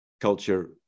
culture